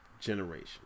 generation